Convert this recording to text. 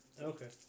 Okay